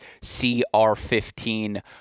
CR15